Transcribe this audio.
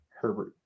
herbert